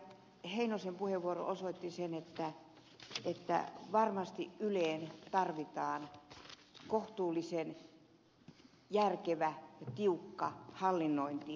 heinosen puheenvuoro osoitti että varmasti yleen tarvitaan kohtuullisen järkevä tiukka hallinnointi